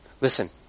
Listen